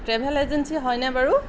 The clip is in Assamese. ট্ৰেভেল এজেন্সী হয়নে বাৰু